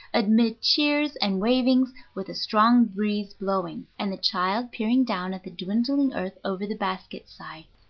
amid cheers and wavings, with a strong breeze blowing, and the child peering down at the dwindling earth over the basket-side.